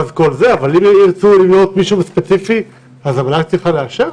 אבל אם ירצו מישהו ספציפי אז המל"ג צריכה לאשר?